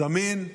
זמין,